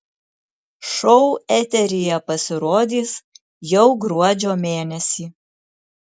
šou eteryje pasirodys jau gruodžio mėnesį